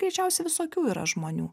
greičiausia visokių yra žmonių